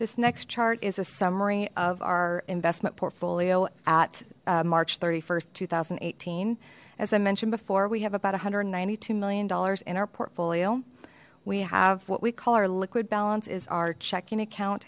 this next chart is a summary of our investment portfolio at march st two thousand eighteen as i mentioned before we have about one hundred and ninety two million dollars in our portfolio we have what we call our liquid balance is our checking account